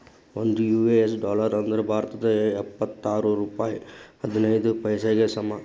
ಒಂದ್ US dollar ಅಂದ್ರ ಭಾರತದ್ ಎಪ್ಪತ್ತಾರ ರೂಪಾಯ್ ಹದಿನೈದ್ ಪೈಸೆಗೆ ಸಮ